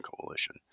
coalition